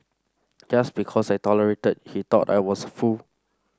just because I tolerated he thought I was fool